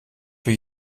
für